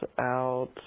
out